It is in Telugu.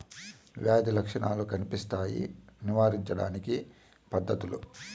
వ్యాధి లక్షణాలు కనిపిస్తాయి నివారించడానికి పద్ధతులు?